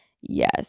yes